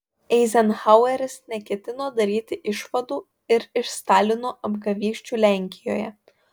eizenhaueris neketino daryti išvadų ir iš stalino apgavysčių lenkijoje